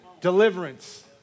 deliverance